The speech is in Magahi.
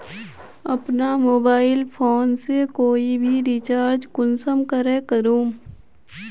अपना मोबाईल फोन से कोई भी रिचार्ज कुंसम करे करूम?